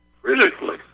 critically